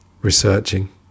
researching